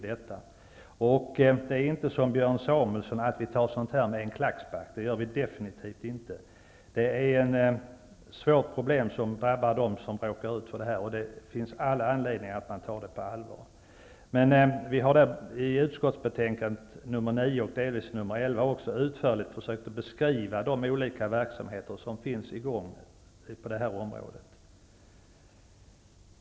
Det är inte som Björn Samuelson sade, att vi tar detta med en klackspark. Det gör vi definitivt inte. Detta är ett svårt problem för dem som drabbas. Det finns all anledning att ta det på allvar. Men i utskottets betänkande nr 9 och delvis i betänkandet nr 11 har vi utförligt försökt beskriva de olika verksamheter som finns på området.